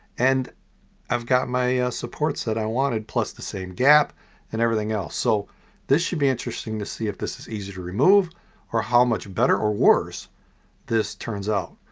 and i've got my supports that i wanted plus the same gap and everything else so this should be interesting to see if this is easy to remove or how much better or worse this turns out.